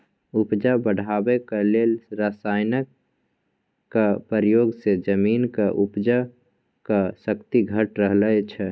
उपजा बढ़ेबाक लेल रासायनक प्रयोग सँ जमीनक उपजाक शक्ति घटि रहल छै